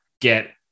get